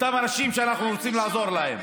אותם אנשים שאנחנו רוצים לעזור להם.